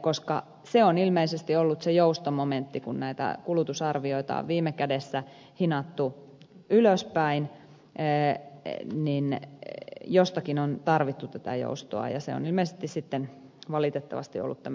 koska se on ollut ilmeisesti se joustomomentti kun näitä kulutusarvioita on viime kädessä hinattu ylöspäin että jostakin on tarvittu tätä joustoa ja se on ilmeisesti sitten valitettavasti ollut tämä energiatehokkuustoimenpiteiden määrä